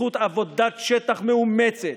בזכות עבודת שטח מאומצת,